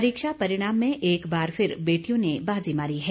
परीक्षा परिणाम में एक बार फिर बेटियों ने बाजी मारी है